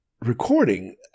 recording